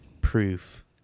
proof